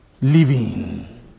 living